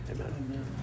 amen